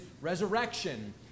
resurrection